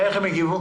איך הם הגיבו?